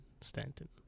Stanton